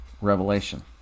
revelation